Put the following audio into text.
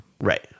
Right